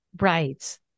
Right